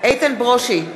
איתן ברושי,